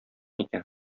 икән